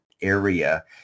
area